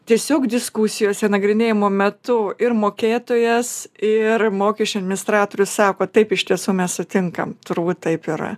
tiesiog diskusijose nagrinėjimo metu ir mokėtojas ir mokesčių administratorius sako taip iš tiesų mes sutinkam turbūt taip yra